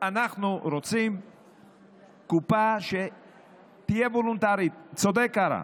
אנחנו רוצים שתהיה קופה וולונטרית, צודק קארה,